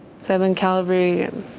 seventh cavalry, and